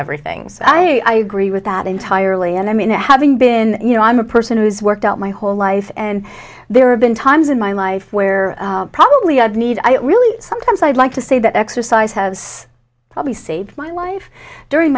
everything's i agree with that entirely and i mean that having been you know i'm a person who's worked out my whole life and there have been times in my life where probably i'd need really sometimes i'd like to say that exercise has probably saved my life during